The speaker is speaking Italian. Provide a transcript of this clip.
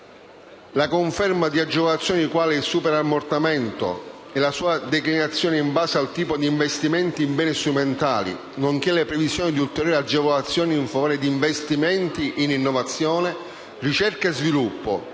la conferma di agevolazioni quali il superammortamento e la sua declinazione in base al tipo di investimento in beni strumentali, nonché la previsione di ulteriori agevolazioni in favore degli investimenti in innovazione, ricerca e sviluppo,